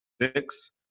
six